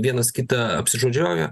vienas kitą apsižodžiuoja